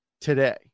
today